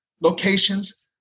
locations